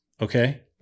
okay